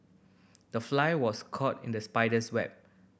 the fly was caught in the spider's web